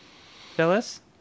Phyllis